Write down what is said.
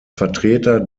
vertreter